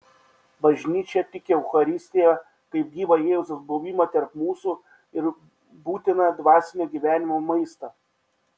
bažnyčia tiki eucharistiją kaip gyvą jėzaus buvimą tarp mūsų ir būtiną dvasinio gyvenimo maistą